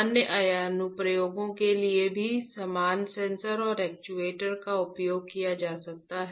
अन्य अनुप्रयोगों के लिए भी समान सेंसर और एक्चुएटर का उपयोग किया जा सकता है